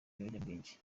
ibiyobyabwenge